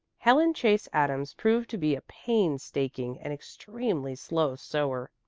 helen chase adams proved to be a pains-taking and extremely slow sewer.